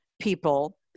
people